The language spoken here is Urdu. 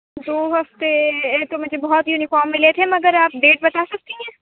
دو وقت پہ یہ تو مجھے بہت یونیفارم ملے تھے مگر آپ ڈیٹ بتا سکتی ہیں